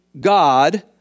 God